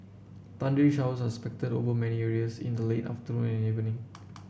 thundery showers are expected over many areas in the late afternoon and evening